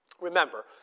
Remember